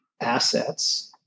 assets